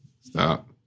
stop